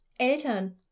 Eltern